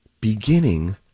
Beginning